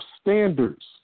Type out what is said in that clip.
standards